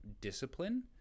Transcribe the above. discipline